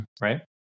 Right